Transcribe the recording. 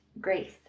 grace